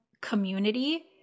community